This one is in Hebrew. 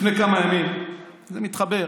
לפני כמה ימים, זה מתחבר,